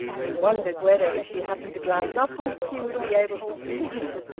he wondered whether, if she happened to glance upwards, she would be able to see him.